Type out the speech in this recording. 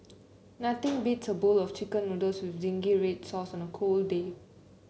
nothing beats a bowl of chicken noodles with zingy red sauce on a cold day